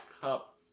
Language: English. Cup